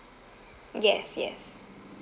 yes yes